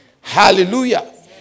Hallelujah